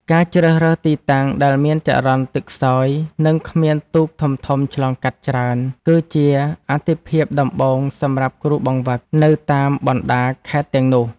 ការជ្រើសរើសទីតាំងដែលមានចរន្តទឹកខ្សោយ និងគ្មានទូកធំៗឆ្លងកាត់ច្រើន គឺជាអាទិភាពដំបូងសម្រាប់គ្រូបង្វឹកនៅតាមបណ្ដាខេត្តទាំងនោះ។